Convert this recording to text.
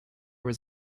was